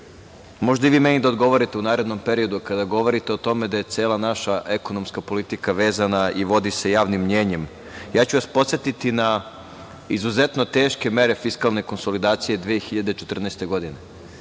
možda i vi meni da odgovorite u narednom periodu kada govorite o tome da je cela naša ekonomska politika vezana i vodi se javnim mnjenjem. Podsetiću vas na izuzetno teške mere fiskalne konsolidacije 2014. godine.